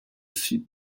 site